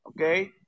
Okay